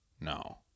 no